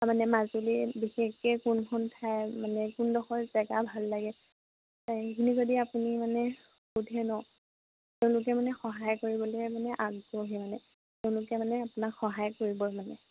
তাৰমানে মাজুলী বিশেষকৈ কোনখন ঠাই মানে কোনডখৰ জেগা ভাল লাগে সেইখিনি যদি আপুনি মানে সোধে ন তেওঁলোকে মানে সহায় কৰিবলৈ মানে আগ্ৰহী মানে তেওঁলোকে মানে আপোনাক সহায় কৰিবই মানে